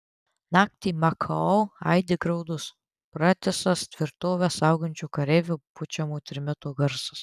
naktį makao aidi graudus pratisas tvirtovę saugančio kareivio pučiamo trimito garsas